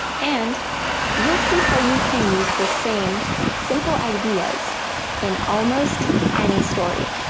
and you'll see how you can use the same simple ideas in almost any story.